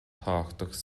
tábhachtach